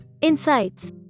Insights